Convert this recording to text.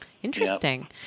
Interesting